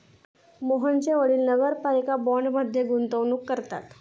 मोहनचे वडील नगरपालिका बाँडमध्ये गुंतवणूक करतात